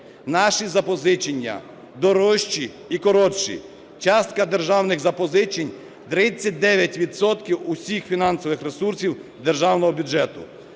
Наші запозичення дорожчі і коротші. Частка державних запозичень – 39 відсотків всіх фінансових ресурсів Державного бюджету.